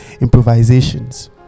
improvisations